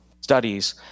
studies